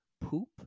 poop